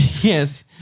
Yes